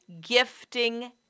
gifting